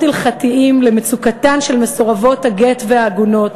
הלכתיים למצוקתן של מסורבות הגט והעגונות,